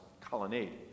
Colonnade